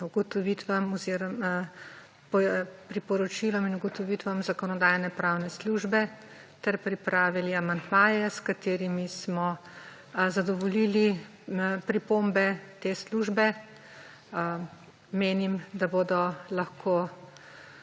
ugotovitvam oziroma priporočilom in ugotovitvam Zakonodajno-pravne službe ter pripravili amandmaje, s katerimi smo zadovoljili pripombe te službe. Menim, da bodo lahko